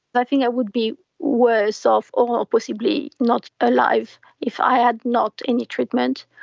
i think i would be worse off or possibly not alive if i had not any treatment.